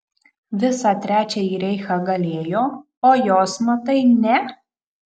visą trečiąjį reichą galėjo o jos matai ne